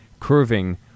curving